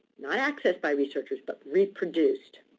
not accessed by researchers, but reproduced.